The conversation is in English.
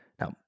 Now